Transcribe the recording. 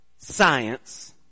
science